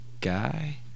guy